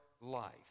life